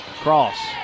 cross